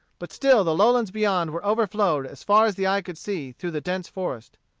but still the lowlands beyond were overflowed as far as the eye could see through the dense forest.